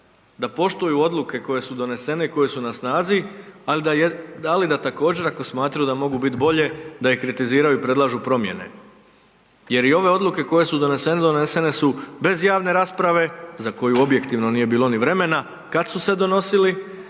da poštuju odluke koje su donesene i koje su na snazi, al da, ali da također ako smatraju da mogu bit bolje da ih kritiziraju i predlažu promjene. Jer i ove odluke koje su donesene, donesene su bez javne rasprave za koju objektivno nije bilo ni vremena kad su se donosili